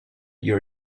your